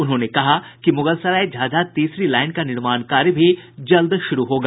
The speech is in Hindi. उन्होंने कहा कि मुगलसराय झाझा तीसरी लाईन का निर्माण कार्य भी जल्द शुरू होगा